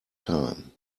time